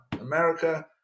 America